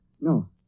No